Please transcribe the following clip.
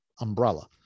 umbrella